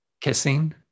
kissing